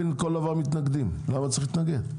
למה צריך להתנגד?